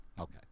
Okay